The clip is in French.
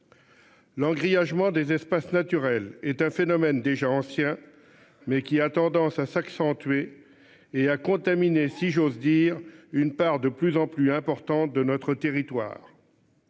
Le grillage moi des espaces naturels est un phénomène déjà ancien, mais qui a tendance à s'accentuer et a contaminé si j'ose dire une part de plus en plus important de notre territoire.--